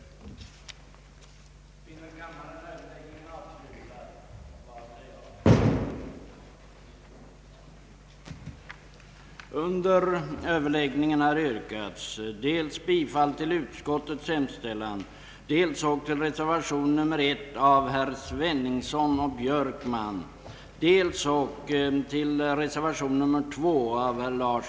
att enligt hans uppfattning flertalet röstat för ja-propositionen.